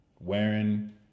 wearing